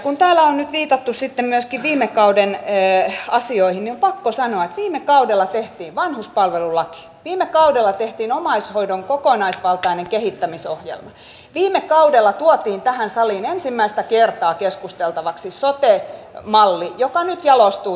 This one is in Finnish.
kun täällä on nyt viitattu sitten myöskin viime kauden asioihin on pakko sanoa että viime kaudella tehtiin vanhuspalvelulaki viime kaudella tehtiin omaishoidon kokonaisvaltainen kehittämisohjelma viime kaudella tuotiin tähän saliin ensimmäistä kertaa keskusteltavaksi sote malli joka nyt jalostuu toivottavasti eteenpäin